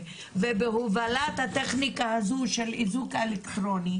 ובהובלת הטכניקה הזו של איזוק אלקטרוני,